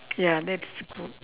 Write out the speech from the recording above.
ya that's good